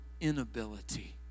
inability